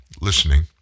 listening